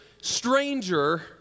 stranger